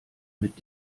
mit